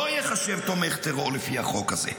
לא ייחשב תומך טרור לפי החוק הזה.